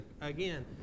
Again